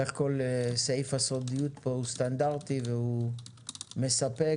סעיף הסודיות פה הוא סטנדרטי והוא מספק.